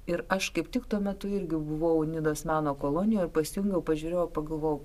ir aš kaip tik tuo metu irgi buvau nidos meno kolonijoje ir pasijungiau pažiūrėjau pagalvojau